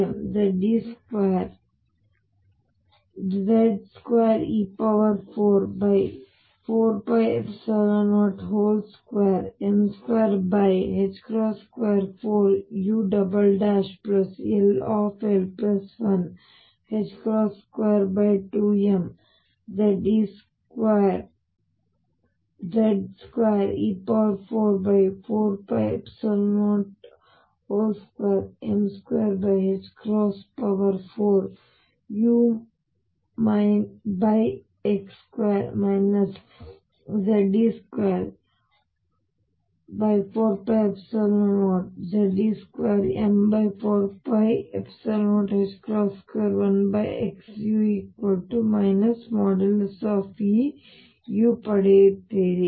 ಆದ್ದರಿಂದ ನೀವು 22mZ2e44π02m24ull122mZ2e44π02m24ux2 Ze24π0Ze2m4π021xu |E|u ಪಡೆಯುತ್ತೀರಿ